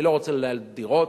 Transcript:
אני לא רוצה לנהל דירות,